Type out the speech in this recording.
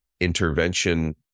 intervention